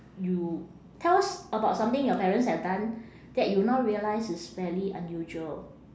you tell us about something your parents have done that you now realise is fairly unusual